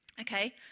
Okay